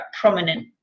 prominent